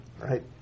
Right